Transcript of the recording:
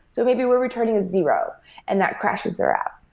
so maybe we're returning a zero and that crashes their app.